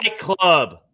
Club